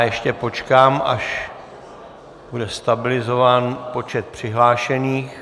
Ještě počkám, až bude stabilizován počet přihlášených.